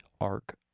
Arc